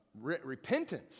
repentance